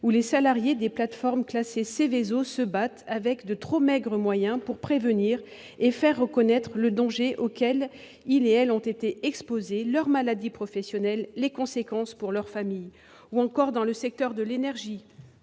les salariés des plateformes classées Seveso se battent avec de trop maigres moyens pour prévenir et faire reconnaître le danger auquel ils et elles ont été exposés, leurs maladies professionnelles, les conséquences pour leurs familles. Je pense également, dans le secteur de l'énergie,